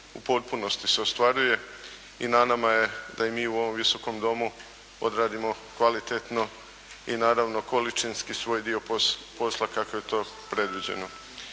u potpunosti se ostvaruje i na nama je da i mi u ovom Visokom domu odradimo kvalitetno i naravno količinski svoj dio posla kako je to predviđeno.